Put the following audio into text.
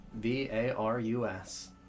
V-A-R-U-S